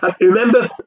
Remember